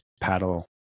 paddle